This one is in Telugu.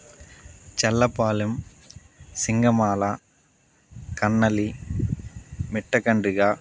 చర్లపాలెం సింగమాల కన్నలి మిట్టకండ్రిగ